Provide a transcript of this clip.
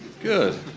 Good